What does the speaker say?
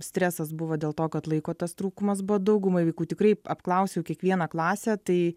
stresas buvo dėl to kad laiko tas trūkumas buvo daugumai vaikų tikrai apklausiau kiekvieną klasę tai